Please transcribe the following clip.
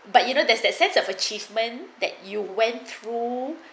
but you know there's that sense of achievement that you went through